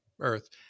Earth